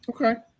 Okay